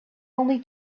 only